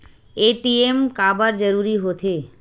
ATM काबर जरूरी हो थे?